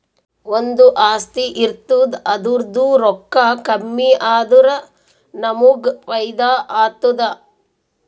ಒಂದು ಆಸ್ತಿ ಇರ್ತುದ್ ಅದುರ್ದೂ ರೊಕ್ಕಾ ಕಮ್ಮಿ ಆದುರ ನಮ್ಮೂಗ್ ಫೈದಾ ಆತ್ತುದ